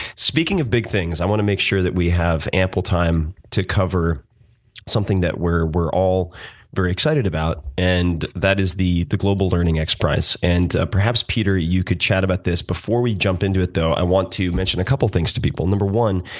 speaking of big things, i want to make sure we have ample time to cover something that we're we're all very excited about, and that is the the global learning xprize. and perhaps, peter, you could chat about this. before we jump into it, though, i want to mention a couple things to people. no. one,